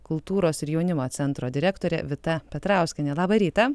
kultūros ir jaunimo centro direktorė vita petrauskienė labą rytą